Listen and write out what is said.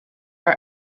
are